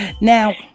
Now